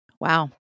Wow